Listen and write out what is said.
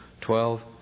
Twelve